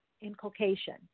Inculcation